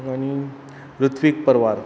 आनी रुत्वीक परवार